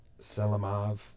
Selimov